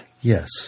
Yes